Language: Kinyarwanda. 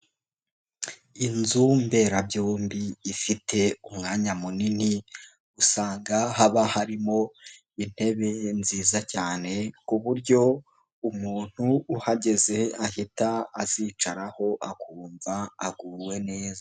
Inzu mberabyombi ifite umwanya munini, usanga haba harimo intebe nziza cyane, ku buryo umuntu uhageze ahita azicaraho akumva aguwe neza.